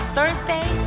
Thursday